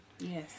Yes